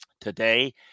today